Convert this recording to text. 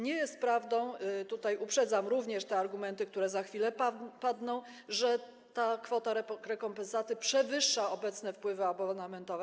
Nie jest prawdą - tutaj uprzedzam również te argumenty, które za chwilę padną - że ta kwota rekompensaty przewyższa obecne wpływy abonamentowe.